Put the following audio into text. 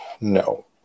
No